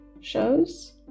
shows